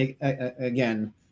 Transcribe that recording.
again